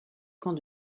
camp